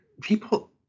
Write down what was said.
people